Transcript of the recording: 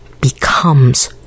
becomes